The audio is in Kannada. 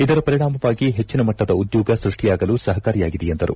ಇದರ ಪರಿಣಾಮವಾಗಿ ಹೆಚ್ಚಿನ ಮಟ್ಟದ ಉದ್ಕೋಗ ಸೃಷ್ಟಿಯಾಗಲು ಸಹಕಾರಿಯಾಗಿದೆ ಎಂದರು